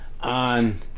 on